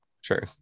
Sure